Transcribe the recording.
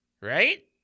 right